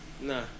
Nah